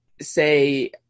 say